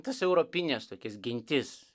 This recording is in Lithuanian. tas europines tokias gentis